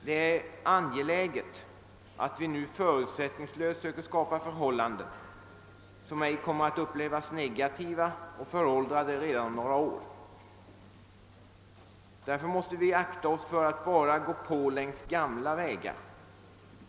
Det är angeläget att vi nu förutsättningslöst söker skapa förhållanden som inte kommer att upplevas som negativa och föråldrade redan om några år. Därför måste vi akta oss för att bara gå på längs gamla vägar.